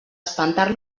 espentar